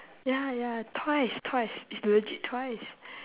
ya ya twice twice it's legit twice